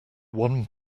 one